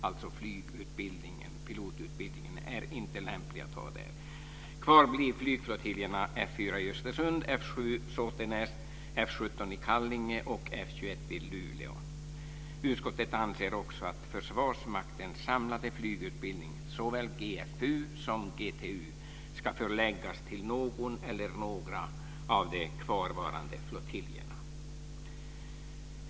Alltså är inte pilotutbildningen lämplig att ha där. Kvar blir flygflottiljerna F 4 i Östersund, F 7 i Såtenäs, F 17 i Kallinge och F 21 i Luleå. Utskottet anser också att Försvarsmaktens samlade flygutbildning - såväl GFU som GTU - ska förläggas till någon eller några av de kvarvarande flottiljerna.